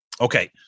Okay